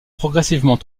progressivement